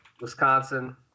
Wisconsin